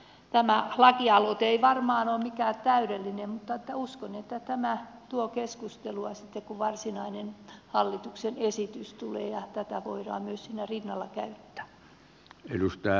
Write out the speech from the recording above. tämä lakialoite ei varmaan ole mikään täydellinen mutta uskon että tämä tuo keskustelua sitten kun varsinainen hallituksen esitys tulee ja tätä voidaan myös siinä rinnalla käyttää